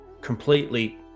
completely